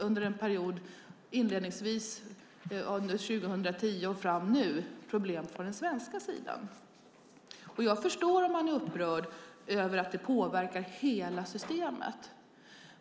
Under en period, inledningsvis under 2010 och fram till nu, har vi sedan haft problem på den svenska sidan. Jag förstår att man är upprörd över att det påverkar hela systemet.